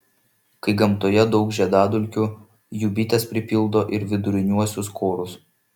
kai gamtoje daug žiedadulkių jų bitės pripildo ir viduriniuosius korus